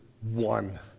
one